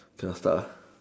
just start lah